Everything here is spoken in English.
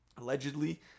allegedly